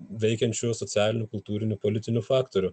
veikiančių socialinių kultūrinių politinių faktorių